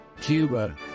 Cuba